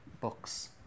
books